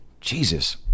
Jesus